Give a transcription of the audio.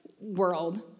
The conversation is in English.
world